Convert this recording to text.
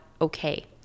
okay